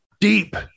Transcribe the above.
deep